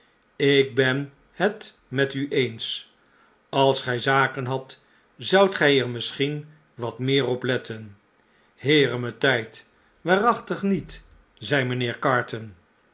ik ben het met u eens als gij zaken hadt zoudt gij er misschien wat meer op letten heere mijn tijd waarachtig niet zei mynheer carton